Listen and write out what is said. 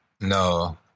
No